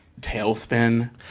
Tailspin